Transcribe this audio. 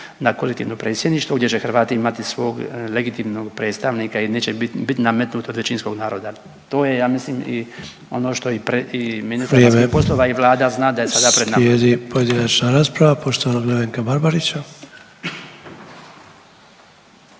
na kolektivno predsjedništvo gdje će Hrvati imati svog legitimnog predstavnika i neće bit, bit nametnuto od većinskog naroda. To je ja mislim i ono što i ministar vanjskih …/Upadica: Vrijeme./… poslova i vlada zna da je sada pred nama. **Sanader, Ante (HDZ)** Slijedi pojedinačna rasprava poštovanog Nevenka Barbarića.